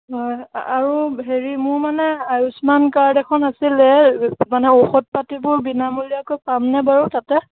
হয় আৰু হেৰি মোৰ মানে আয়ুস্মান কাৰ্ড এখন আছিলে মানে ঔষধ পাতিবোৰ বিনামূলীয়াকৈ পামনে বাৰু তাতে